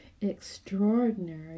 Extraordinary